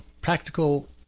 practical